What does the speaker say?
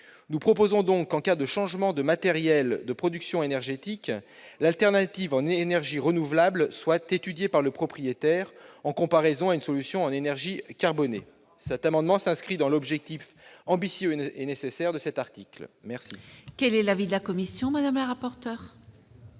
Nous proposons donc que, en cas de changement de matériel de production énergétique, l'alternative en énergies renouvelables soit étudiée par le propriétaire par comparaison avec une solution en énergies carbonées. Cet amendement sert l'objectif ambitieux et nécessaire de l'article que nous examinons. Quel est l'avis de la commission ? Il ne me